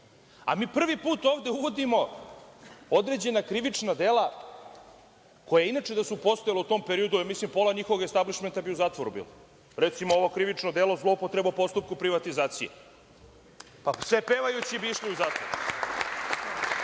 a mi prvi put ovde uvodimo određena krivična dela koja inače da su postojala u tom periodu, mislim, pola njihovog establišmenta bi bilo u zatvoru. Recimo, ovo krivično delo zloupotreba u postupku privatizacije. Pa, sve pevajući bi išli u zatvor.